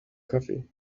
coffee